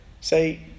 say